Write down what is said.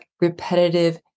repetitive